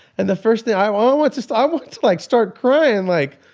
and the first thing, i um wanted to start like start crying, like,